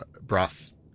broth